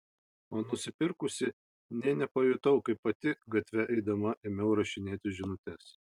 o nusipirkusi nė nepajutau kaip pati gatve eidama ėmiau rašinėti žinutes